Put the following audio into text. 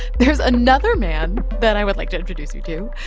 there's another man that i would like to introduce you to.